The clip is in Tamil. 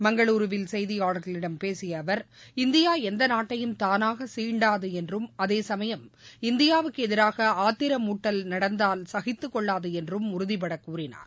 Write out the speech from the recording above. மங்களூருவில் செய்தியாளர்களிடம் பேசிய அவர் இநதியா எந்த நாட்டையும் தானாக சீண்டாது என்றும் அதே சமயம் இந்தியாவுக்கு எதிராக ஆத்திரமூட்டல் நடந்தால் சகித்து கொள்ளாது என்றும் உறுதிபட கூறினார்